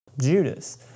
Judas